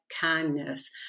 kindness